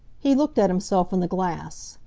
he looked at himself in the glass.